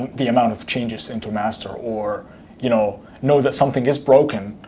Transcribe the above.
the amount of changes into master, or you know know that something is broken,